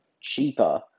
cheaper